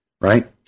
right